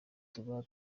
tuba